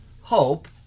hope